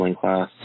class